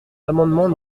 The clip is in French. l’amendement